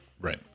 Right